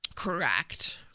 Correct